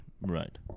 right